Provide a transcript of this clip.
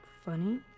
Funny